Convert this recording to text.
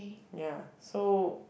ya so